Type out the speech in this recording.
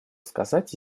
сказать